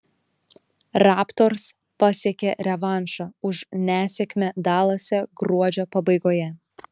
raptors pasiekė revanšą už nesėkmę dalase gruodžio pabaigoje